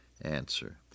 answer